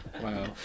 Wow